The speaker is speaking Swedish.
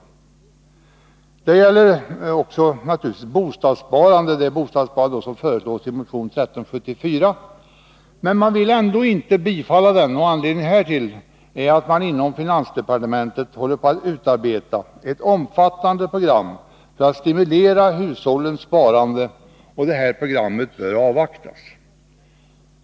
Detta gäller också det bostadssparande som föreslås i motion 1734, men utskottet vill ändå inte tillstyrka motionen. Anledningen härtill är att man inom finansdepartementet håller på att utarbeta ett omfattande program för att stimulera hushållens sparande, och det programmet bör avvaktas.